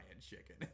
chicken